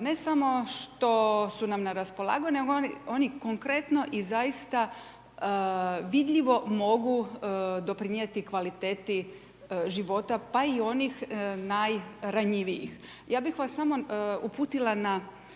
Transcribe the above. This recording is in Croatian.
ne samo što su nam na raspolaganju, nego oni konkretno i zaista vidljivo mogu doprinijeti kvaliteti života, pa i onih najranjivijih. Ja bih vas samo uputila na